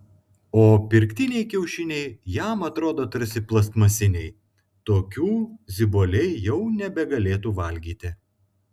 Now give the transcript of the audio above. o pirktiniai kiaušiniai jam atrodo tarsi plastmasiniai tokių ziboliai jau nebegalėtų valgyti